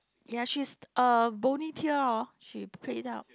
ya she's a boney tail lor she plaid up